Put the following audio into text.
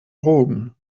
drogen